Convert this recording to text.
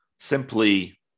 Simply